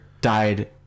died